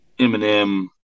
Eminem